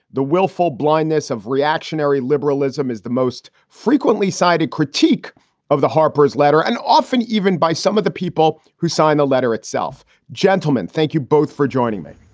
the willful blindness of reactionary liberalism, is the most frequently cited critique of the harper's letter and often even by some of the people who signed the letter itself gentlemen, thank you both for joining me.